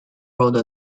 rode